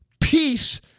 peace